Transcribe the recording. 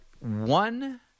one